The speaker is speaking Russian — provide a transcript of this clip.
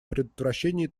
предотвращении